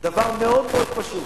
דבר מאוד מאוד פשוט: